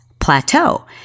plateau